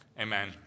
Amen